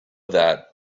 that